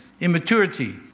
immaturity